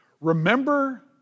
Remember